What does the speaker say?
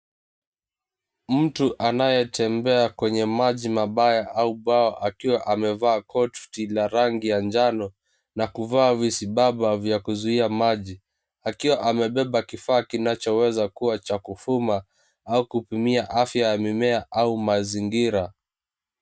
Mtu anayetembea kwenye maji mabaya au bawa akiwa amevaa koti la rangi ya njano na kuvaa vizibaba vya kuzuia maji akiwa amebeba kifaa kinachoweza kua cha kufuma au kupimia afya ya mimea au mazingira.